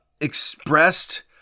expressed